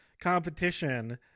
competition